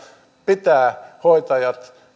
pitää hoitajat